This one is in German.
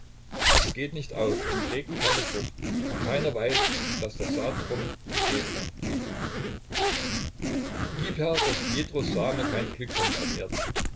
es geht nicht auf und trägt keine frucht und keiner weiß daß das saatkorn gesät ward gib herr daß pjetros same kein glück kennt auf erden